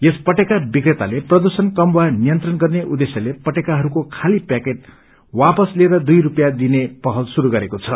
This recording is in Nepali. यस पटेका विक्रेताले प्रदुषण कम वानियन्त्रण गर्ने उद्देश्यले पटेकाहरूको चााली प्याकेट वास लिएर दुई रूपियाँ दिने पहल शुरू गरेको छ